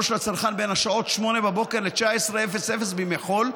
של הצרכן בין השעות 08:00 ל-19:00 בימי חול,